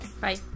Bye